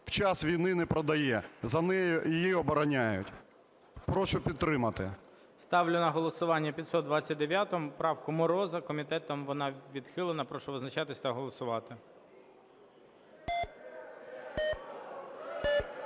в час війни не продає, за неї… її обороняють. Прошу підтримати. ГОЛОВУЮЧИЙ. Ставлю на голосування 529 правку Мороза. Комітетом вона відхилена. Прошу визначатися та голосувати.